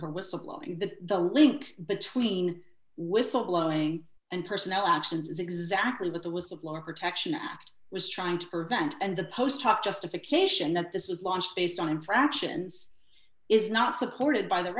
her whistleblower the link between whistle blowing and personnel actions is exactly what the whistle blower protection act was trying to prevent and the post hoc justification that this was launched based on infractions is not supported by the